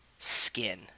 Skin